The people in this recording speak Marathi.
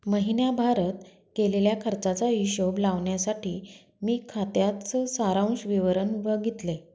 महीण्याभारत केलेल्या खर्चाचा हिशोब लावण्यासाठी मी खात्याच सारांश विवरण बघितले